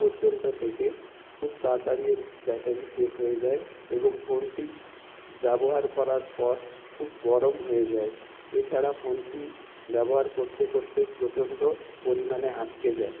পর্যন্ত টেকে খুব তাড়াতাড়ি এর ব্যাটারি শেষ হয়ে যায় এবং ফোনটি ব্যবহার করার পর খুব গরম হয়ে যায় এছাড়া ফোনটি ব্যবহার করতে করতে প্রচণ্ড পরিমাণে আটকে যায়